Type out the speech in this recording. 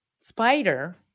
spider